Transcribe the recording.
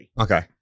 Okay